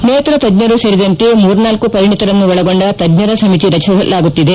ನೇತ್ರ ತಜ್ಞರು ಸೇರಿದಂತೆ ಮೂರ್ನಾಲ್ಕು ಪರಿಣಿತರನ್ನು ಒಳಗೊಂಡ ತಜ್ಞರ ಸಮಿತಿ ರಚಿಸಲಾಗುತ್ತಿದೆ